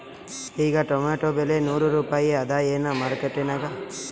ಈಗಾ ಟೊಮೇಟೊ ಬೆಲೆ ನೂರು ರೂಪಾಯಿ ಅದಾಯೇನ ಮಾರಕೆಟನ್ಯಾಗ?